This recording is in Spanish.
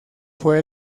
fue